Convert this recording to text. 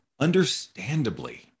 understandably